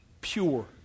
pure